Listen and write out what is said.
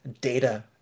data